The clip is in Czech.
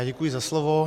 Děkuji za slovo.